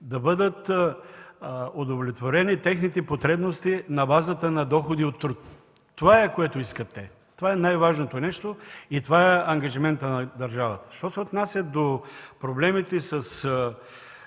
да бъдат удовлетворени техните потребности на базата на доходи от труд. Това е, което искат те. Това е най-важното нещо и е ангажимент на държавата. Що се отнася до проблемите с